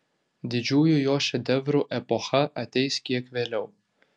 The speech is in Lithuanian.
didžiųjų jo šedevrų epocha ateis kiek vėliau